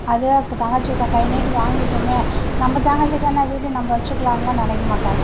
அதே தங்கச்சி கிட்டே கை நீட்டி வாங்கிட்டோமே நம்ம தங்கச்சிதானே விடு நம்ல் வச்சிக்கிலாம்னுலாம் நெனைக்க மாட்டார்